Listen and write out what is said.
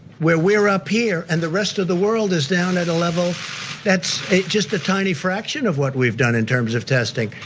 where we're up here, and the rest of the world is down at a level that's just a tiny fraction of what we've done in terms of testing.